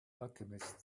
alchemist